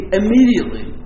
immediately